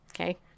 Okay